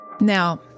Now